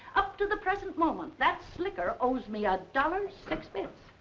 up to the present moment that slicker owes me a dollar six bits.